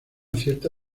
cierta